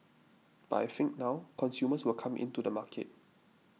but I think now consumers will come in to the market